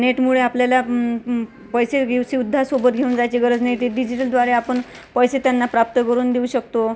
नेटमुळे आपल्याला पैसे घेऊचेउद्धा सोबत घेऊन जायची गरज नाही ते डिजिटलद्वारे आपण पैसे त्यांना प्राप्त करून देऊ शकतो